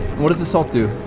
what does the salt do?